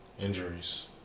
Injuries